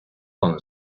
con